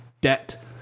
debt